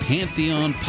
Pantheon